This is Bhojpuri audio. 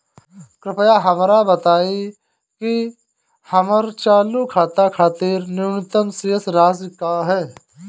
कृपया हमरा बताइं कि हमर चालू खाता खातिर न्यूनतम शेष राशि का ह